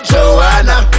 Joanna